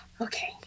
okay